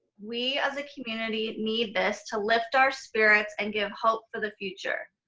we as a community need this to lift our spirits and give hope for the future.